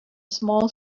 small